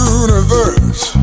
universe